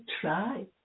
try